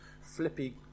flippy